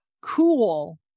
cool